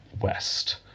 west